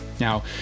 Now